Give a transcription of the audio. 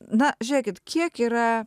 na žiūrėkit kiek yra